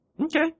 okay